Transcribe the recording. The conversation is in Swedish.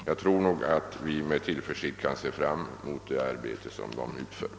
Jag tror sålunda att vi med tillförsikt kan se fram mot resultaten av kommissionens arbete.